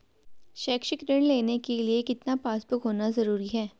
शैक्षिक ऋण लेने के लिए कितना पासबुक होना जरूरी है?